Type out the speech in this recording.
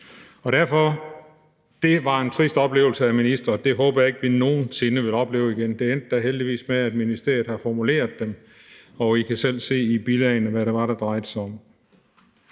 Derfor var det en trist oplevelse, hr. minister. Det håber jeg ikke vi nogen sinde vil opleve igen. Det er da heldigvis endt med, at ministeriet har formuleret dem, og I kan selv se i bilagene, hvad det var, det drejede sig om.